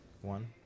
one